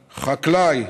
חקלַאי.